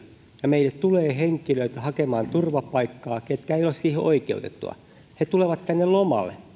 ja meille tulee henkilöitä hakemaan turvapaikkaa ketkä eivät ole siihen oikeutettuja he tulevat tänne lomalle